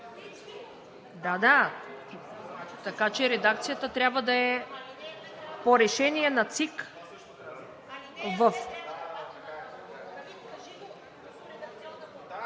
Да, да. Така че редакцията трябва да е по решение на ЦИК.